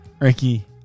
Ricky